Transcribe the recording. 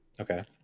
okay